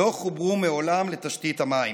לא חוברו מעולם לתשתית המים.